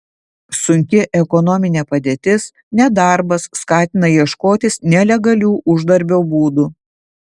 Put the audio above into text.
sunki ekonominė padėtis nedarbas skatina ieškotis nelegalių uždarbio būdų